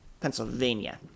Pennsylvania